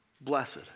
blessed